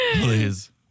please